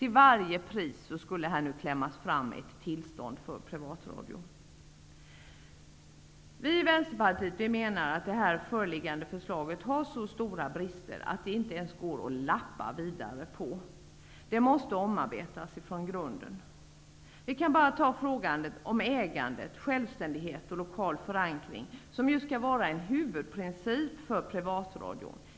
Det skulle i stället till varje pris ''klämmas fram'' ett tillstånd för privata reklamfinansierade radiosändningar. Vi i Vänsterpartiet menar att det föreliggande förslaget har så stora brister att det inte ens går att lappa vidare på. Förslaget måste omarbetas från grunden. Låt oss bara ta frågorna om ägandet, självständigheten och den lokala förankringen, som ju skall vara en huvudprincip för privat lokalradio.